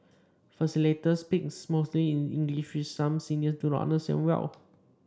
facilitators speak mostly in English which some seniors do not understand well